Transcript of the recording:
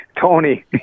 Tony